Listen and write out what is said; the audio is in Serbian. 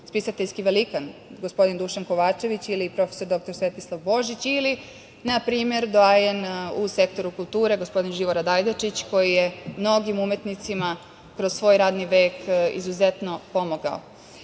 spisateljki velikan gospodin Dušan Kovačević ili prof. dr Svetislav Božić ili, na primer, doajen u sektoru kulture gospodin Živorad Ajdočić, koji je mnogim umetnicima kroz svoj radni vek izuzetno pomogao. Moja